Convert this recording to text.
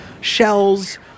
shells